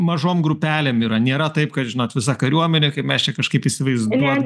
mažom grupelėm yra nėra taip kad žinot visa kariuomenė kaip mes čia kažkaip įsivaizduo